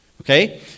Okay